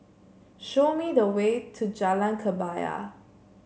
show me the way to Jalan Kebaya